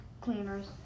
cleaners